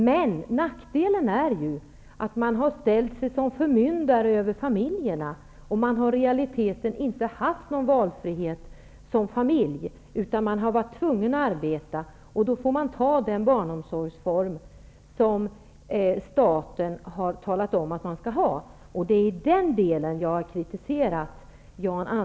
Men nackdelen är att man har ställt sig som förmyndare över familjerna. De har i realiteten inte haft någon valfrihet som familj, utan föräldrarna har varit tvungna att arbeta. Då har de fått ta den barnomsorgsform som staten har talat om att de skall ha. Det är i den delen jag har kritiserat Jan